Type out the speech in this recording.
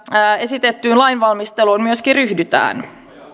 esitettyyn lainvalmisteluun myöskin ryhdytään